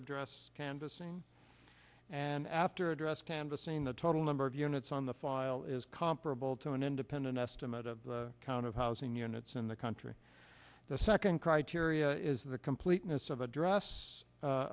address canvassing and after address canvassing the total number of units on the file is comparable to an independent estimate of the count of housing units in the country the second criteria is the completeness of address